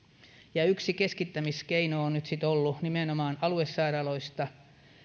ja yksi keskittämiskeino on nyt sitten ollut nimenomaan aluesairaaloista